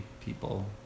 people